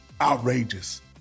outrageous